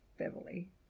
Beverly